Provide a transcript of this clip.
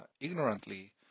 ignorantly